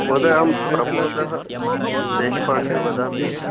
महोदयः अहं प्रमोदः देश्पाण्डे वदामि